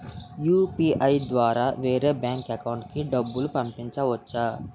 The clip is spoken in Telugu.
యు.పి.ఐ ద్వారా వేరే బ్యాంక్ అకౌంట్ లోకి డబ్బులు పంపించవచ్చా?